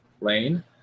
lane